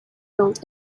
built